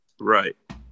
Right